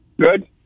Good